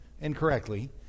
incorrectly